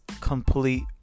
complete